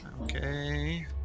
Okay